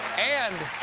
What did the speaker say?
and